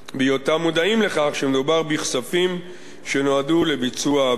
בהיותם מודעים לכך שמדובר בכספים שנועדו לביצוע עבירה.